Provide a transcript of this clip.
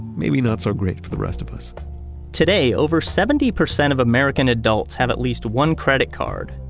maybe not so great for the rest of us today, over seventy percent of american adults have at least one credit card,